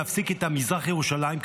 להפסיק עם "מזרח ירושלים".